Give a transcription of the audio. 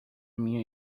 minha